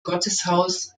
gotteshaus